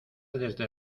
desde